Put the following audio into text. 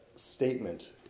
Statement